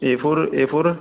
a four a four